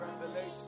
revelation